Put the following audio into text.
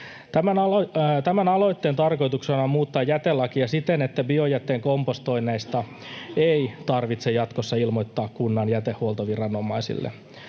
Tämän aloitteen tarkoituksena on muuttaa jätelakia siten, että biojätteen kompostoinneista ei tarvitse jatkossa ilmoittaa kunnan jätehuoltoviranomaisille.